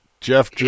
Jeff